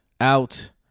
out